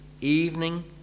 evening